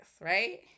right